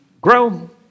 grow